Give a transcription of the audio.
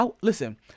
listen